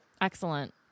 Excellent